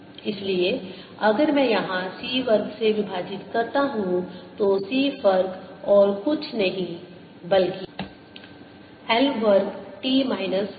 इसलिए अगर मैं यहाँ c वर्ग से विभाजित करता हूँ तो c वर्ग और कुछ नहीं बल्कि l वर्ग t माइनस दो है